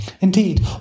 Indeed